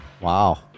Wow